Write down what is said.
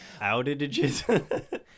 Outages